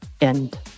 End